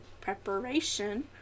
preparation